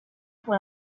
pour